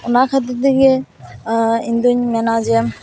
ᱚᱱᱟ ᱠᱷᱟᱹᱛᱤᱨ ᱛᱮᱜᱮ ᱤᱧ ᱫᱩᱧ ᱢᱮᱱᱟ ᱡᱮ